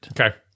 Okay